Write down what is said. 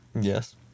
Yes